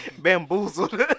bamboozled